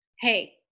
hey